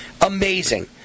Amazing